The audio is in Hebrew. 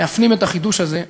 להפנים את החידוש הזה,